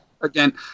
Again